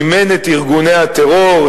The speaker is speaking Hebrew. מימן את ארגוני הטרור,